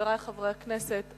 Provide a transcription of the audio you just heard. חברי חברי הכנסת,